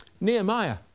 Nehemiah